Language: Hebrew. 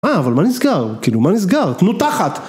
מה, אבל מה נסגר? כאילו, מה נסגר? תנו תחת!